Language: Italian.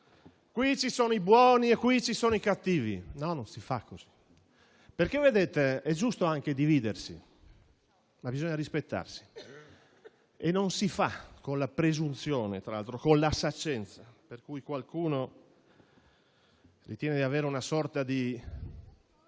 lì ci sono i buoni e qui ci sono i cattivi: non si fa così, perché è giusto anche dividersi, ma bisogna rispettarsi e non si fa con la presunzione, tra l'altro, e la saccenteria per cui qualcuno ritiene di avere una sorta di